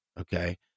okay